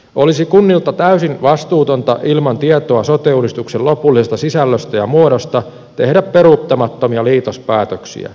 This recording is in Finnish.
olisi kunnilta täysin vastuutonta ilman tietoa sote uudistuksen lopullisesta sisällöstä ja muodosta tehdä peruuttamattomia liitospäätöksiä